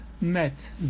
met